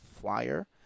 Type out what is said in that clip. flyer